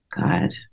God